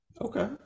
Okay